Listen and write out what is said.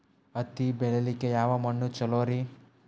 ಹತ್ತಿ ಬೆಳಿಲಿಕ್ಕೆ ಯಾವ ಮಣ್ಣು ಚಲೋರಿ?